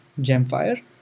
Gemfire